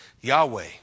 Yahweh